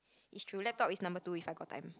is true laptop is number two if I got time